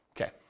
Okay